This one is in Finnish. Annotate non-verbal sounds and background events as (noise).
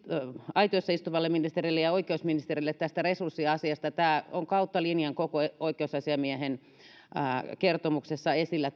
aitiossa istuvalle ministerille ja oikeusministerille tästä resurssiasiasta tämä resurssipula on kautta linjan oikeusasiamiehen koko kertomuksessa esillä (unintelligible)